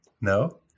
No